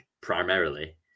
primarily